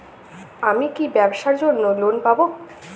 আমি কি ব্যবসার জন্য লোন পাব?